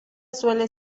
suele